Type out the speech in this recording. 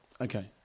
okay